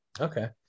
Okay